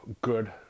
good